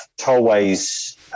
tollways